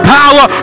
power